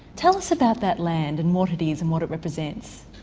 tell us about that land and what it is and what it represents.